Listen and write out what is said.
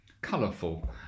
colourful